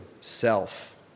Self